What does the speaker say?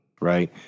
right